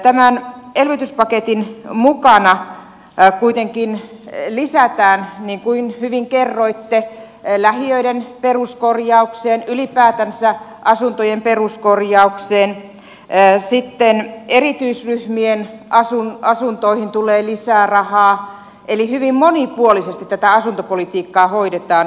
tämän elvytyspaketin mukana kuitenkin lisätään rahaa niin kuin hyvin kerroitte lähiöiden peruskorjaukseen ylipäätänsä asuntojen peruskorjaukseen sitten erityisryhmien asuntoihin tulee lisää rahaa eli hyvin monipuolisesti tätä asuntopolitiikkaa hoidetaan